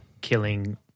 killing